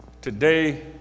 today